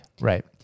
Right